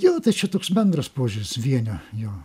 jo tai čia toks bendras požiūris vienio jo